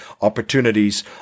opportunities